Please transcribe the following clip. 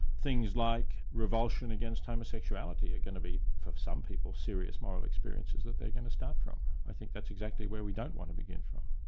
things like revulsion against homosexuality are going to be, for some people, serious moral experiences that they're going to start from. i think that's exactly where we don't want to begin from.